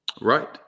Right